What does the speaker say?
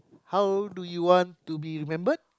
how do you want to be remembered